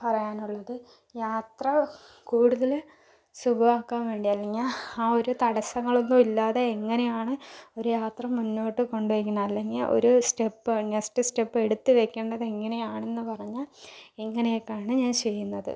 പറയാനുള്ളത് യാത്ര കൂടുതൽ ശുഖമാക്കാൻ വേണ്ടി അല്ലെങ്കിൽ ആ ഒരു തടസ്സങ്ങളൊന്നും ഇല്ലാതെ എങ്ങനെയാണ് ഒരു യാത്ര മുന്നോട്ട് കൊണ്ട് പോയേക്കണേ അല്ലെങ്കിൽ ആ ഒരു സ്റ്റെപ്പ് നെക്സ്റ്റ് സ്റ്റെപ്പ് എടുത്ത് വെയ്ക്കേണ്ടത് എങ്ങനെയാണെന്ന് പറഞ്ഞാൽ ഇങ്ങനെയൊക്കെയാണ് ഞാൻ ചെയ്യുന്നത്